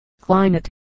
Climate